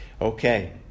Okay